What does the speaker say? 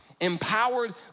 empowered